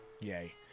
Yay